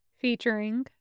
featuring